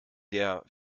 der